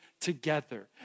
together